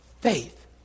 faith